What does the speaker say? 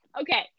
Okay